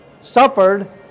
suffered